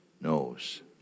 knows